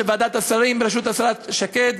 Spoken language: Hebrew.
ועדת השרים בראשות השרה שקד,